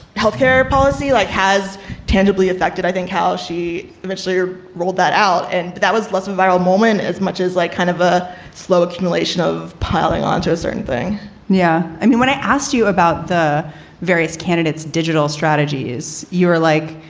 health care policy like has tangibly affected, i think, how she eventually ruled that out. and but that was less of a viral moment as much as like kind of a slow accumulation of piling on to a certain thing yeah. i mean, when i asked you about the various candidates, digital strategy is you're like,